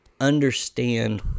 understand